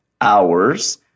hours